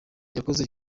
yakoze